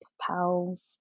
Pals